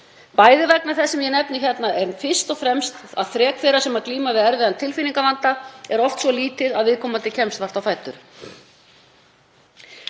bæði vegna þess sem ég nefni hérna en fyrst og fremst vegna þess að þrek þeirra sem glíma við erfiðan tilfinningavanda er oft svo lítið að viðkomandi kemst vart á fætur.